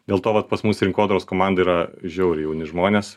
dėl to vat pas mus rinkodaros komandoj yra žiauriai jauni žmonės